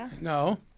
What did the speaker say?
No